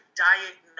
diagnose